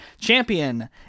champion